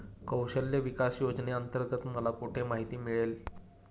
कौशल्य विकास योजनेअंतर्गत मला कुठे माहिती मिळेल?